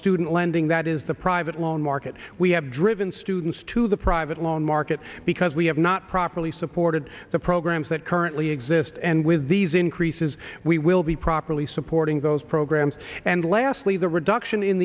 student lending that is the private loan market we have driven students to the private loan market because we have not properly supported the programs that currently exist and with these increases we will be properly supporting those programs and lastly the reduction in